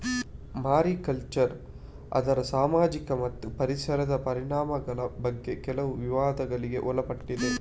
mariculture ಅದರ ಸಾಮಾಜಿಕ ಮತ್ತು ಪರಿಸರದ ಪರಿಣಾಮಗಳ ಬಗ್ಗೆ ಕೆಲವು ವಿವಾದಗಳಿಗೆ ಒಳಪಟ್ಟಿದೆ